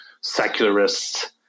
secularists